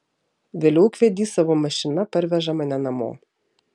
vėliau ūkvedys savo mašina parveža mane namo